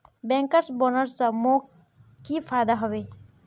bankers bonus स मोक की फयदा हबे